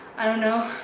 i don't know.